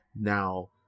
Now